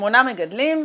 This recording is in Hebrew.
שמונה מגדלים,